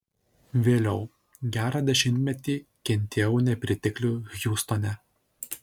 vėliau gerą dešimtmetį kentėjau nepriteklių hjustone